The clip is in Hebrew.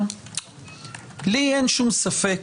אין לי שום ספק,